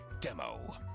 demo